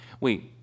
Wait